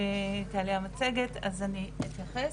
תעלה המצגת אז אני אתייחס.